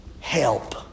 Help